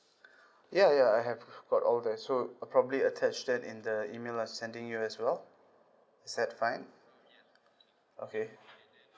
ya ya I have got all that so I'd probably attach them in the email I'll sending you as well is that fine okay